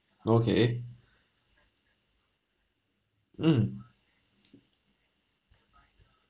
okay mm